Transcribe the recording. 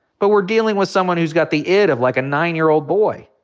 but we're dealing with someone who's got the id of, like, a nine-year-old boy,